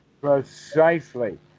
Precisely